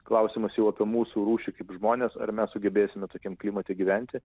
klausimas jau apie mūsų rūšį kaip žmonės ar mes sugebėsime tokiam klimate gyventi